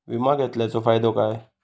विमा घेतल्याचो फाईदो काय?